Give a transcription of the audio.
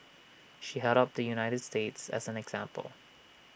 she held up the united states as an example